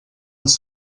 els